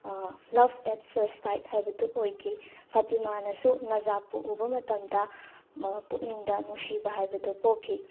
love at first sight ꯍꯥꯏꯕꯗꯨ ꯑꯣꯏꯈꯤ ꯐꯇꯤꯃꯥꯅꯁꯨ ꯅꯖꯥꯞꯄꯨ ꯎꯕ ꯃꯇꯝꯗ ꯃꯄꯨꯛꯅꯤꯡꯗ ꯅꯨꯡꯁꯤꯕ ꯍꯥꯏꯕꯗꯨ ꯄꯣꯛꯈꯤ